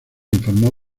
informó